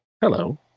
Hello